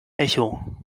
echo